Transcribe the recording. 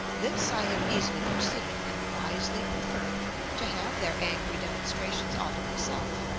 this i had easily foreseen, and wisely preferred to have their angry demonstrations all to myself,